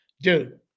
dude